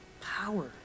Power